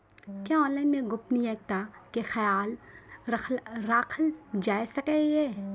क्या ऑनलाइन मे गोपनियता के खयाल राखल जाय सकै ये?